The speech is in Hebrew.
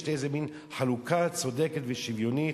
שתהיה איזו חלוקה צודקת ושוויונית,